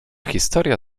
historia